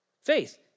faith